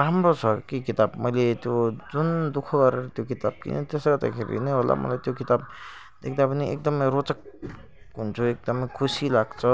राम्रो छ कि किताब मैले त्यो जुन दु ख गरेर त्यो किताब किनेँ त्यसले गर्दाखेरि नै होला मैले त्यो किताब देख्दा पनि एकदमै रोचक हुन्छु एकदमै खुसी लाग्छ